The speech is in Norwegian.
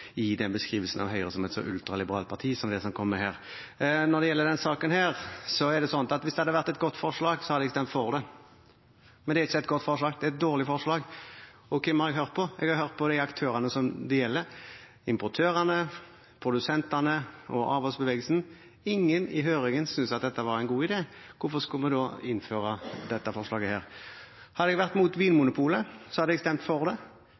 den beskrivelsen av Høyre som et så ultraliberalt parti som det som kom frem her. Når det gjelder denne saken, så er det sånn at hvis det hadde vært et godt forslag, hadde jeg stemt for det. Men det er ikke et godt forslag – det er et dårlig forslag. Hvem har jeg hørt på? Jeg har hørt på de aktørene som det gjelder: importørene, produsentene og avholdsbevegelsen. Ingen i høringen syntes dette var en god idé. Hvorfor skal vi da innføre dette forslaget? Hadde jeg vært imot Vinmonopolet, hadde jeg stemt for det. Det er helt åpenbart at dette vil gjøre mye for Vinmonopolet. Statsråden har redegjort for det